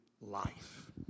life